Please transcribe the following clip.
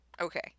Okay